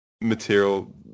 material